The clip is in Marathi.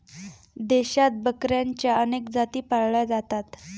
देशात बकऱ्यांच्या अनेक जाती पाळल्या जातात